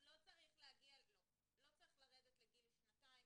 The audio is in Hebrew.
לא צריך לרדת לגיל שנתיים.